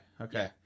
Okay